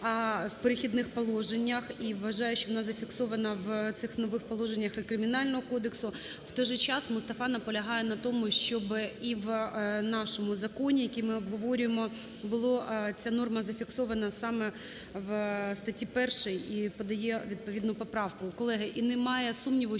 а в "Перехідних положеннях". І вважаю, що вона зафіксована в цих нових положеннях і Кримінального кодексу. В той же час Мустафа наполягає на тому, щоб і в нашому законі, який ми обговорюємо, була ця норма зафіксована саме в статті 1, і подає відповідну поправку. Колеги, і немає сумніву,